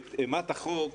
את אימת החוק,